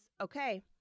okay